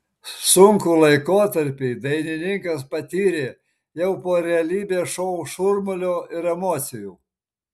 sunkų laikotarpį dainininkas patyrė jau po realybės šou šurmulio ir emocijų